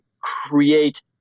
create